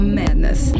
madness